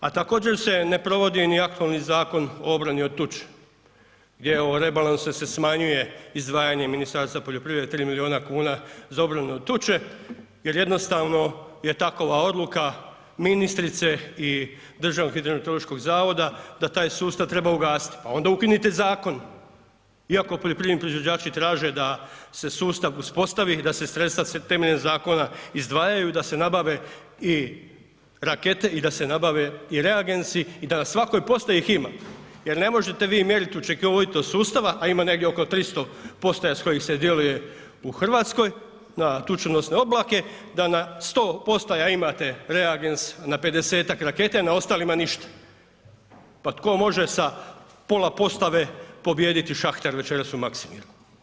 A također se ne provodi ni aktualni Zakon o obrani od tuče, gdje rebalansom se smanjuje izdvajanje Ministarstva poljoprivrede 3 milijuna kuna za obranu od tuče jer jednostavno je takova odluka ministrice i Državnog hidrometeorološkog zavoda da taj sustav treba ugasiti, pa onda ukinite zakon iako poljoprivredni proizvođači traže da se sustav uspostavi, da se sredstva temeljem zakona izdvajaju, da se nabave i rakete i da se nabave i reagensi i da na svakoj postaji ih ima jer ne možete vi mjeriti učinkovitost sustava, a ima negdje oko 300 postaja s kojih se djeluje u RH na tučenosne oblake, da na 100 postaja imate reagens na 50-tak raketa i na ostalima ništa, pa tko može sa pola postave pobijediti Šahter večeras u Maksimiru?